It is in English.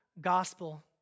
gospel